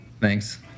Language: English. Thanks